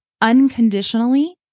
unconditionally